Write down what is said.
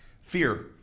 Fear